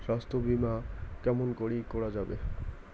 স্বাস্থ্য বিমা কেমন করি করা যাবে?